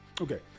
okay